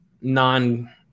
non